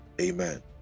Amen